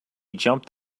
jumped